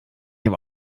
aber